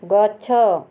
ଗଛ